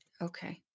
Okay